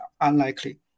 unlikely